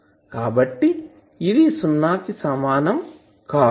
కాబట్టి ఇది సున్నాకి సమానం కాదు